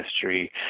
history